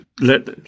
let